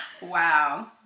Wow